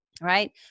right